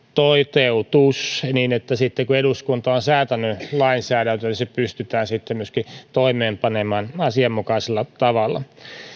toteutus niin että sitten kun eduskunta on säätänyt lainsäädäntöä niin se pystytään myöskin toimeenpanemaan asianmukaisella tavalla